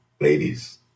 Ladies